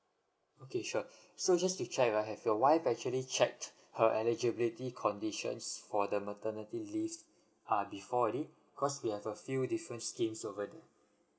okay sure so just to check right have your wife actually checked her eligibility conditions for the maternity leave are before already because we have a few different schemes over there